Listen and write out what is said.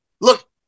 look